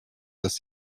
dass